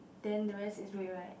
then the rest is red right